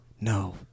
No